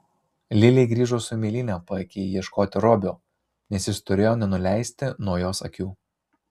lilė grįžo su mėlyne paaky ieškoti robio nes jis turėjo nenuleisti nuo jos akių